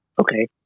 okay